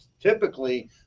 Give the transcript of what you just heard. typically